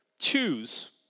choose